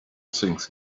things